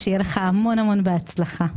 שיהיה לך המון בהצלחה.